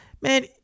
man